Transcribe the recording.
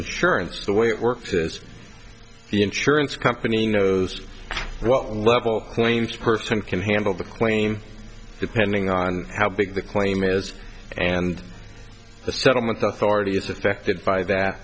insurance the way it works is the insurance company knows well level claims person can handle the claim depending on how big the claim is and the settlement authority is affected by that